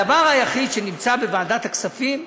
הדבר היחיד שנמצא בוועדת הכספים,